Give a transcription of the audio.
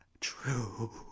true